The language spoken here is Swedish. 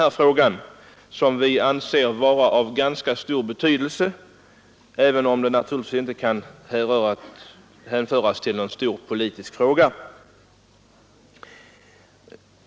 Enligt vår mening är frågan av ganska stor betydelse, även om den naturligtvis inte kan betecknas som någon stor politisk fråga.